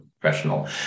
professional